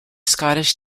scottish